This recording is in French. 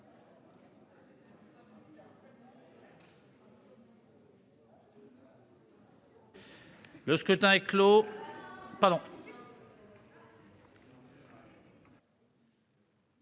Le scrutin est clos.